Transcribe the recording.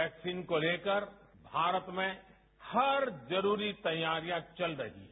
vaccine को लेकर भारत में हर जरूरी तैयारियां चल रही हैं